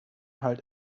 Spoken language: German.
halt